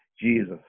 Jesus